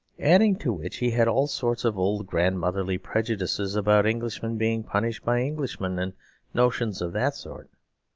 added to which he had all sorts of old grandmotherly prejudices about englishmen being punished by englishmen, and notions of that sort.